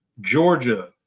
Georgia